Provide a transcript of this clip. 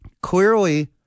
clearly